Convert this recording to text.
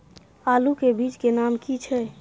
आलू के बीज के नाम की छै?